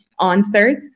answers